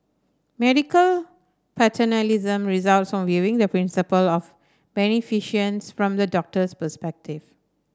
medical paternalism results from viewing the principle of beneficence from the doctor's perspective